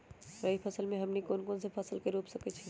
रबी फसल में हमनी के कौन कौन से फसल रूप सकैछि?